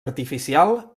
artificial